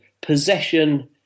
possession